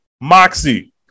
Moxie